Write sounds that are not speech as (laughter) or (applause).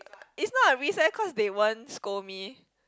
(noise) is not a risk eh cause they won't scold me